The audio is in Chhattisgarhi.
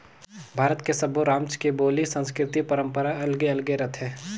भारत के सब्बो रामज के बोली, संस्कृति, परंपरा अलगे अलगे रथे